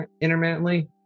intermittently